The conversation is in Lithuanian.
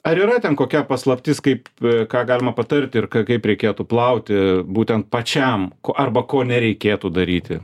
ar yra ten kokia paslaptis kaip ką galima patarti ir kaip reikėtų plauti būtent pačiam arba ko nereikėtų daryti